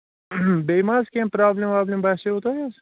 بیٚیہِ مہ ٲس کیٚنٛہہ پرٛابلِم وابلِم باسیووٕ تۄہہِ حظ